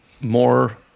more